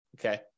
Okay